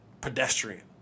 pedestrian